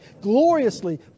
gloriously